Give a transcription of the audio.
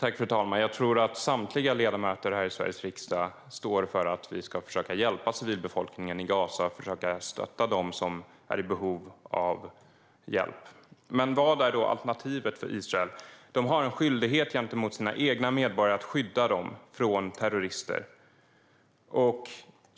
Fru talman! Jag tror att samtliga ledamöter här i Sveriges riksdag står bakom att vi ska försöka hjälpa civilbefolkningen i Gaza och försöka stötta dem som är i behov av hjälp. Men vad är då alternativet för Israel? De har en skyldighet gentemot sina egna medborgare att skydda dem från terrorister.